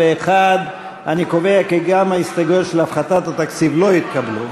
61. אני קובע כי גם ההסתייגויות של הפחתת התקציב לא התקבלו.